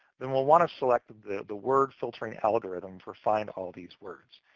then we'll want to select the word-filtering algorithm for find all these words.